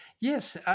Yes